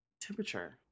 temperature